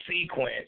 Sequence